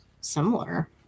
similar